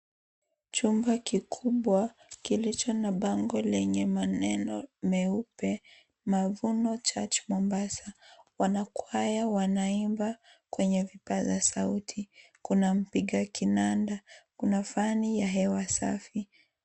Chumba kikubwa kilicho na bango lenye maneno meupe Mavuno Church Mombasa, wanakwaya wanaimba kwenye vipaza sauti kuna mpiga kinanda, kuna fani ya hewa wasafi.